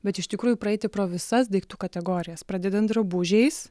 bet iš tikrųjų praeiti pro visas daiktų kategorijas pradedant drabužiais